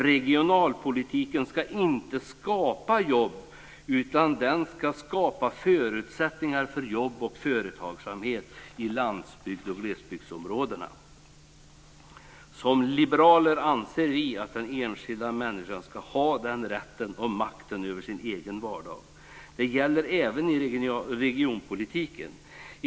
Regionalpolitiken ska inte skapa jobb, utan den ska skapa förutsättningar för jobb och företagsamhet i landsbygds och glesbygdsområdena. Som liberaler anser vi att den enskilda människan ska ha den rätten och makten över sin egen vardag. Det gäller även i regionalpolitiken.